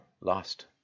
lost